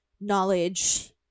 knowledge